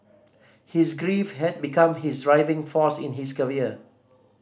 his grief had become his driving force in his career